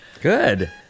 Good